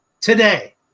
today